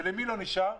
ולמי לא נשאר?